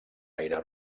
aire